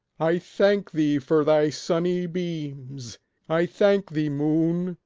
i thank thee for thy sunny beams i thank thee, moon,